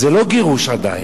זה לא גירוש עדיין,